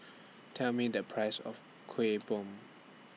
Tell Me The Price of Kueh Bom